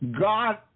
God